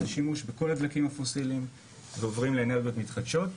השימוש בכל הדלקים הפוסיליים ועוברים לאנרגיות מתחדשות,